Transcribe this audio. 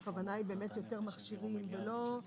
הכוונה היא יותר מכשירים ולא השיקום עצמו.